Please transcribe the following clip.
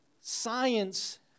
science